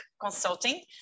consulting